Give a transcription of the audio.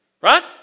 right